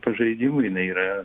pažaidimui jinai yra